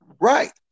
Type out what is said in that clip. Right